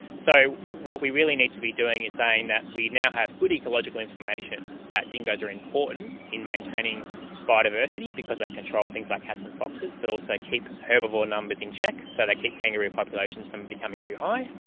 so what we really need to be doing is saying that we now have good ecological information that dingoes are important in maintaining biodiversity because they control things like cats and foxes, but also keep herbivore numbers in check so they keep kangaroo populations from becoming too high,